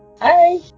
Hi